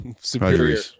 superior